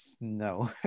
No